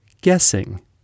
guessing